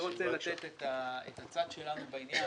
אני רוצה לתת את הצד שלנו בעניין.